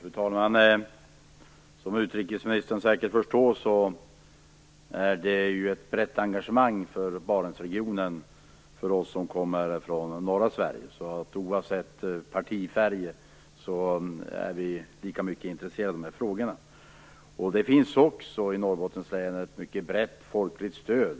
Fru talman! Som utrikesministern säkert förstår, har vi som kommer från norra Sverige ett brett engagemang för Barentsregionen. Oavsett partifärg är vi lika intresserade av de här frågorna. Det finns också i Norrbottens län ett mycket brett folkligt stöd